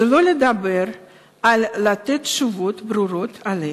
שלא לדבר על לתת תשובות ברורות עליהן.